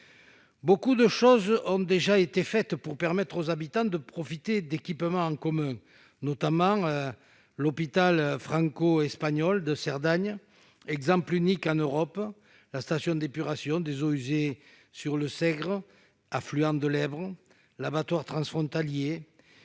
Beaucoup a déjà été fait pour permettre aux habitants de profiter d'équipements en commun. Je pense notamment à l'hôpital franco-espagnol de Cerdagne, exemple unique en Europe, à la station d'épuration des eaux usées sur le Sègre, affluent de l'Èbre, ou à l'abattoir transfrontalier